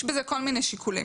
יש בזה כל מיני שיקולים.